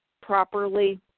properly